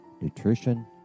nutrition